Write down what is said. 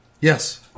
Yes